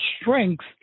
strength